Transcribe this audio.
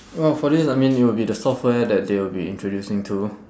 oh for this I mean it will be the software that they will be introducing too